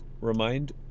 remind